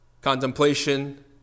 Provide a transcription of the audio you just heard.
Contemplation